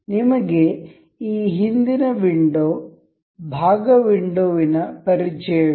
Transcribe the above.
ನಿಮಗೆ ಈ ಹಿಂದಿನ ವಿಂಡೋ ಭಾಗ ವಿಂಡೋವಿನ ಪರಿಚಯವಿದೆ